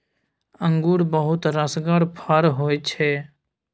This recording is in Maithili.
अंगुर बहुत रसगर फर होइ छै